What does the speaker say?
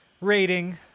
rating